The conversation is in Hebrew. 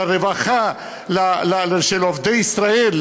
לרווחה של עובדי ישראל,